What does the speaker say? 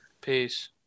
Peace